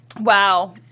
Wow